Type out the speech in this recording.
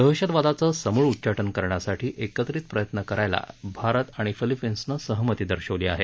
दहशतवादाचं समूळ उच्चाटन करण्यासाठी एकत्रित प्रयत्न करायला भारत आणि फिलिपीन्सनं सहमती दर्शवली आहे